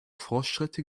fortschritte